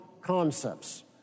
concepts